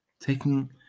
Taking